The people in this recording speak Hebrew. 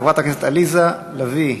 חברת הכנסת עליזה לביא,